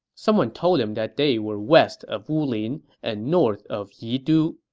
someone told him that they were west of wulin and north of yidu.